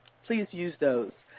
please use those.